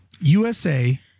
USA